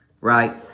right